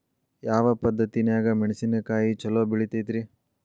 ಯಾವ ಪದ್ಧತಿನ್ಯಾಗ ಮೆಣಿಸಿನಕಾಯಿ ಛಲೋ ಬೆಳಿತೈತ್ರೇ?